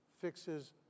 fixes